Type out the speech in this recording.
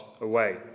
away